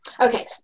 Okay